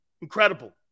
Incredible